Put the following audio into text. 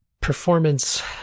performance